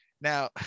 Now